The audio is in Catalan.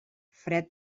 fred